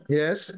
yes